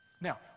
Now